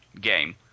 game